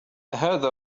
أهذا